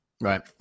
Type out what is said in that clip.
Right